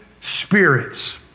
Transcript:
spirits